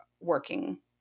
working